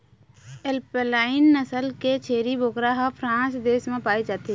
alpine नसल के छेरी बोकरा ह फ्रांस देश म पाए जाथे